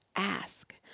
ask